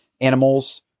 animals